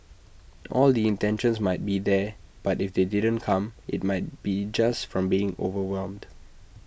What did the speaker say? all the intentions might be there but if they didn't come IT might be just from being overwhelmed